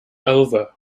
over